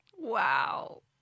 Wow